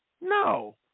No